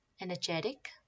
energetic